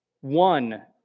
One